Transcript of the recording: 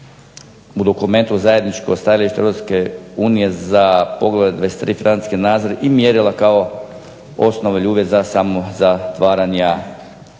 u dokumentu zajedničko stajalište Hrvatske i Unije za poglavlje 23. Financijski nadzor i mjerila kao osnova ili uvjet za samozatvaranja